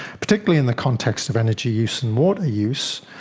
particularly in the context of energy use and water use,